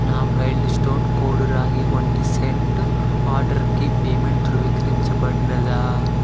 నా Wild Stone Code రాగి వంటి సెంట్ ఆర్డర్కి పేమెంట్ ధృవీకరించబడినదా